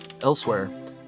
Elsewhere